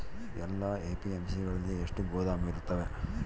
ಎಲ್ಲಾ ಎ.ಪಿ.ಎಮ್.ಸಿ ಗಳಲ್ಲಿ ಎಷ್ಟು ಗೋದಾಮು ಇರುತ್ತವೆ?